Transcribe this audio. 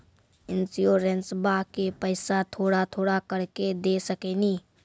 इंश्योरेंसबा के पैसा थोड़ा थोड़ा करके दे सकेनी?